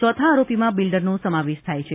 ચોથા આરોપીમાં બિલ્ડરનો સમાવેશ થાય છે